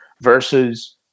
versus